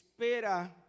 espera